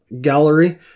Gallery